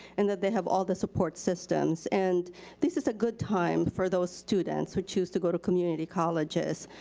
and that they have all the support systems. and this is a good time for those students who choose to go to community colleges.